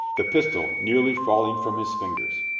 the pistol nearly falling from his fingers.